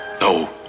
No